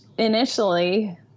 initially